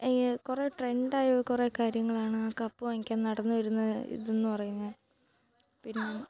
അയ്യേ കുറെ ട്രെൻഡായ കുറെ കാര്യങ്ങളാണ് ആ കപ്പ് വാങ്ങിക്കാൻ നടന്നു വരുന്ന ഇതെന്നു പ റയുന്നത്